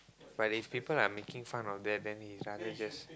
but if people are making fun of that then he is rather just